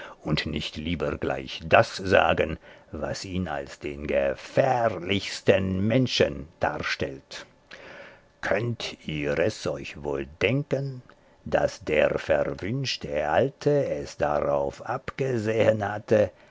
und nicht lieber gleich das sagen was ihn als den gefährlichsten menschen darstellt könnt ihr es euch wohl denken daß der verwünschte alte es darauf abgesehen hatte